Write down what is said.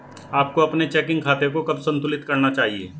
आपको अपने चेकिंग खाते को कब संतुलित करना चाहिए?